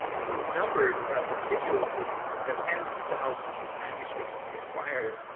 who numbered meticulously the tens of thousands of manuscripts that he acquired